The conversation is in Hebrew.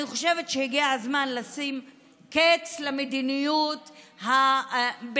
אני חושבת שהגיע הזמן לשים קץ למדיניות המרושעת,